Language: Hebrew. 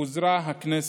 פוזרה הכנסת.